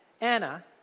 Anna